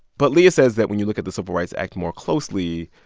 but leah says that when you look at the civil rights act more closely,